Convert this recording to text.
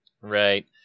Right